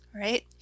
right